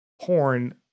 porn